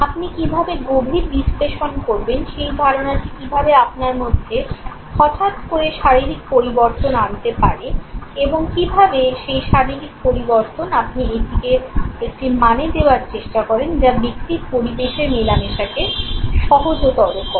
আপনি কীভাবে গভীর বিশ্লেষণ করবেন সেই ধারণাটি কীভাবে আপনার মধ্যে হঠাৎ করে শারীরিক পরিবর্তন আনতে পারে এবং কীভাবে সেই শারীরিক পরিবর্তন আপনি এটিকে একটি মানে দেওয়ার চেষ্টা করেন যা ব্যক্তি পরিবেশের মেলামেশাকে সহজতর করে